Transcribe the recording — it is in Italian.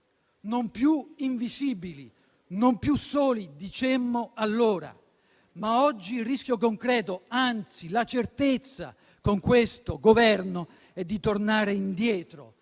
"Non più invisibili". "Non più soli", dicemmo allora: ma oggi il rischio concreto - anzi, la certezza - con questo Governo è di tornare indietro.